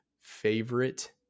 favorite